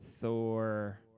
Thor